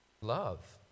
Love